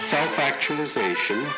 Self-actualization